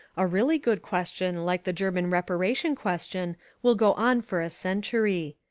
a really good question like the german reparation question will go on for a century.